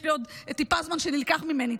יש לי עוד טיפה זמן שנלקח ממני: